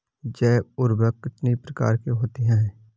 जैव उर्वरक कितनी प्रकार के होते हैं?